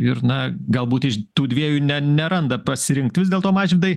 ir na galbūt iš tų dviejų ne neranda pasirinkt vis dėlto mažvydai